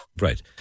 Right